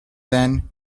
then